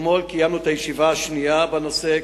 אתמול קיימנו את הישיבה השנייה בנושא,